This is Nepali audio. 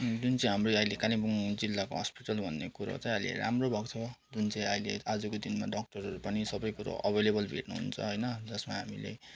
जुन चाहिँ हाम्रो यो अहिले कालिम्पोङ जिल्लाको हस्पिटल भन्ने कुरो चाहिँ अहिले राम्रो भएको छ जुन चाहिँ अहिले आजको दिनमा डक्टरहरू पनि सबै कुरो अभाइलेबल भेट्नुहुन्छ होइन जसमा हामीले